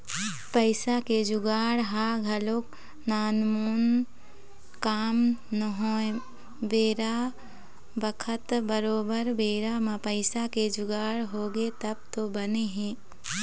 पइसा के जुगाड़ ह घलोक नानमुन काम नोहय बेरा बखत बरोबर बेरा म पइसा के जुगाड़ होगे तब तो बने हे